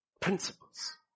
Principles